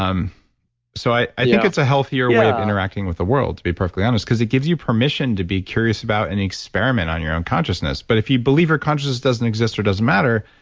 um so i think it's a healthier way of interacting with the world to be perfectly honest. because it gives you permission to be curious about an experiment on your own consciousness. but if you believe your consciousness doesn't exist or doesn't matter,